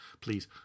Please